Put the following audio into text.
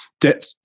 debt